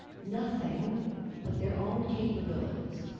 nothing but their own capabilities.